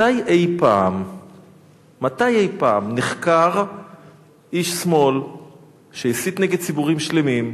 מתי אי-פעם נחקר איש שמאל שהסית נגד ציבורים שלמים,